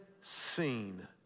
seen